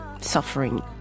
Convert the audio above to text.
suffering